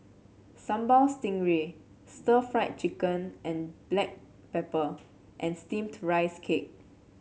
Sambal Stingray Stir Fried Chicken and Black Pepper and steamed Rice Cake